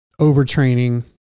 overtraining